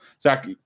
Zach